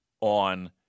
on